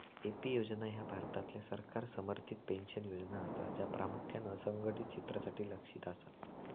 AP योजना ह्या भारतातल्या सरकार समर्थित पेन्शन योजना असा, ज्या प्रामुख्यान असंघटित क्षेत्रासाठी लक्ष्यित असा